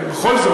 בכל זאת,